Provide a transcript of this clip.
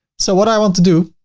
so what i want to do,